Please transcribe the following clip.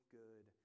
good